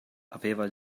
aveva